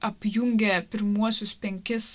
apjungė pirmuosius penkis